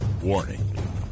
Warning